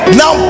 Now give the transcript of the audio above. now